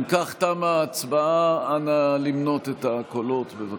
אם כך, תמה ההצבעה, נא למנות את הקולות, בבקשה.